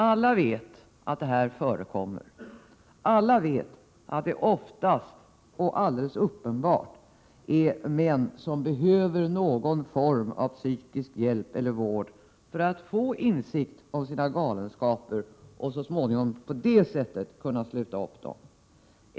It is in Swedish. Alla vet att detta förekommer, och alla vet att det ofta och alldeles uppenbart är fråga om män som behöver någon form av psykisk hjälp eller vård för att få insikt om sina galenskaper och så småningom på det sättet kunna sluta upp med dem.